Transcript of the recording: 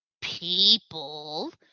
people